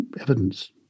evidence